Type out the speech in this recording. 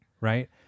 right